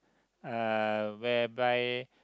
uh whereby